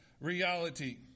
reality